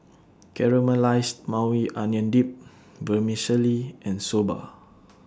Caramelized Maui Onion Dip Vermicelli and Soba